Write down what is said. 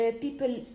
people